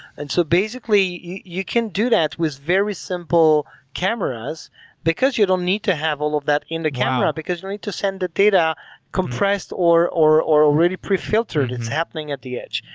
and so basically you you can do that with very simple cameras because you don't need to have all of that in the camera, because you need to send the data compressed or or already pre-filtered. it's happening at the edge.